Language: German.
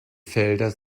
felder